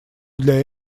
для